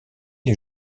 les